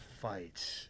fight